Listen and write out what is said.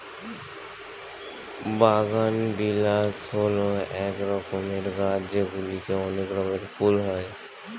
বাগানবিলাস হল এক রকমের গাছ যেগুলিতে অনেক রঙের ফুল হয়